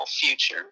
future